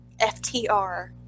FTR